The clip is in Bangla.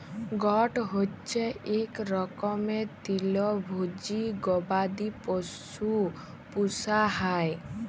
গট হচ্যে ইক রকমের তৃলভজী গবাদি পশু পূষা হ্যয়